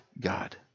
God